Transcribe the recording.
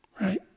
Right